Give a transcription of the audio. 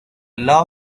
law